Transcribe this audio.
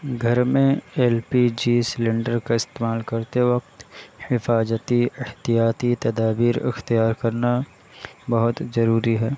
گھر میں L P G cylinder کا استعمال کرتے وقت حفاظتی احتیاطی تدابیر اختیار کرنا بہت ضروری ہے